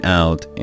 out